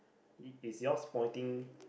i~ is yours pointing